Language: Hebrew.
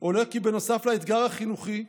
עולה כי נוסף לאתגר החינוכי,